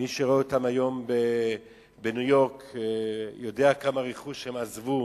מי שרואה אותם היום בניו-יורק יודע כמה רכוש הם עזבו.